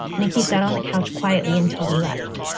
nikki sat on the couch quietly until we left.